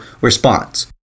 response